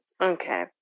okay